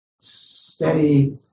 steady